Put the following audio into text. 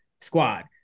squad